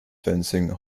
fencing